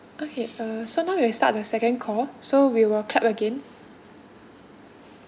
okay uh so now we'll start with the second call so we will clap again